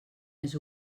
més